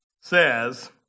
says